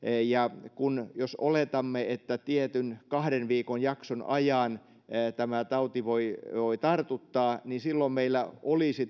ja jos oletamme että tietyn kahden viikon jakson ajan tämä tauti voi voi tartuttaa niin silloin meillä olisi